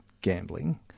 gambling